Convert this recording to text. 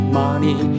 money